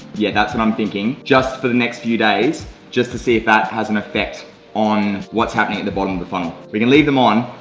yeah that's what i'm thinking just for the next few days just to see if that has an affect on what's happening at the bottom of the funnel. we can leave them on.